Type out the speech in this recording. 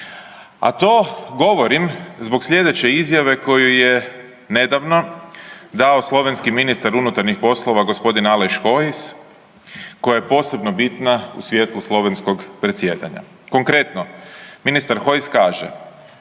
A to govorim zbog slijedeće izjave koju je nedavno dao slovenski ministar unutarnjih poslova g. Aleš Hojs koja je posebno bitna u svijetlu slovenskog predsjedanja. Konkretno, ministar Hojs kaže,